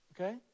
okay